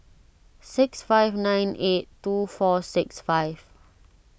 six five nine eight two four six five